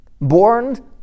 born